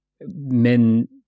men